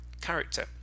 character